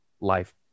life